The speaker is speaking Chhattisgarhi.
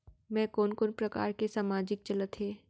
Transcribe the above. मैं कोन कोन प्रकार के सामाजिक चलत हे?